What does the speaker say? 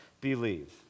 believe